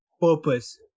purpose